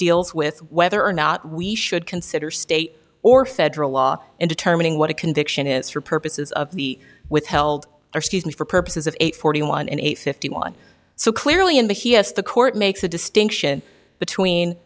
deals with whether or not we should consider state or federal law in determining what a conviction is for purposes of the withheld or seasons for purposes of eight forty one and eight fifty one so clearly in the he s the court makes a distinction between